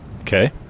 Okay